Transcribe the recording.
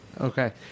Okay